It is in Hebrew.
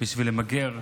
בשביל למגר?